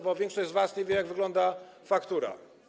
Bo większość z was nie wie, jak wygląda faktura.